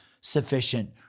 sufficient